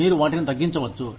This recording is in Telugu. మీరు వాటిని తగ్గించవచ్చు